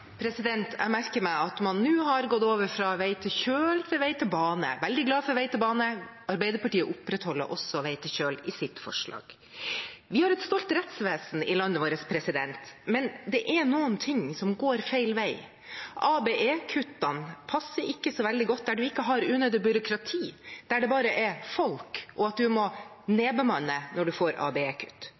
Jeg merker meg at man nå har gått over fra vei til kjøl til vei til bane. Jeg er veldig glad for vei til bane, Arbeiderpartiet opprettholder også vei til kjøl i sitt forslag. Vi har et stolt rettsvesen i landet vårt, men det er noen ting som går feil vei. ABE-kuttene passer ikke så veldig godt der man ikke har unødvendig byråkrati, der det bare er folk, og man må nedbemanne når man får